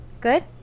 good